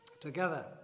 together